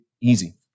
easy